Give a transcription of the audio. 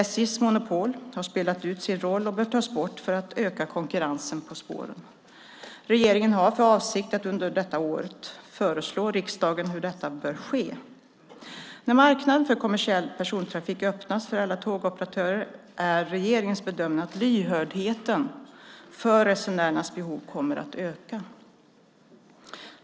SJ:s monopol har spelat ut sin roll och bör tas bort för att öka konkurrensen på spåren. Regeringen har för avsikt att under detta år föreslå riksdagen hur detta bör ske. När marknaden för kommersiell persontrafik öppnas för alla tågoperatörer är regeringens bedömning att lyhördheten för resenärernas behov kommer att öka.